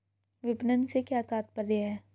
विपणन से क्या तात्पर्य है?